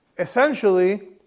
Essentially